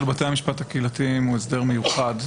בתי המשפט הקהילתיים הוא הסדר מיוחד.